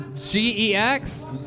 G-E-X